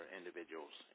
individuals